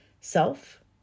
self